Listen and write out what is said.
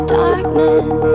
darkness